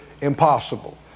impossible